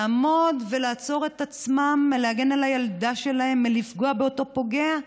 לעמוד ולעצור את עצמם מלהגן על הילדה שלהם ולפגוע באותו פוגע?